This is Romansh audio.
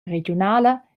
regiunala